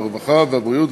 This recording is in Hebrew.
הרווחה והבריאות,